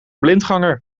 blindganger